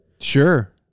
Sure